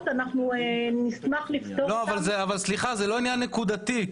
אני אשמח שתפתחו את הזום לעירם אמיתי שהוא במשל"ט משרד